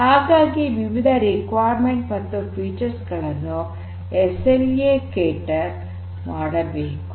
ಹಾಗಾಗಿ ವಿವಿಧ ಅವಶ್ಯಕತೆ ಮತ್ತು ವೈಶಿಷ್ಟ್ಯಗಳನ್ನು ಎಸ್ಎಲ್ಎ ಪೂರೈಕೆ ಮಾಡಬೇಕು